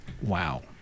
Wow